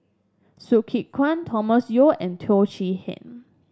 Hsu Tse Kwang Thomas Yeo and Teo Chee Hean